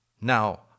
Now